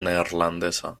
neerlandesa